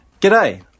G'day